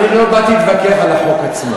אני שואלת איך, לא באתי להתווכח על החוק עצמו.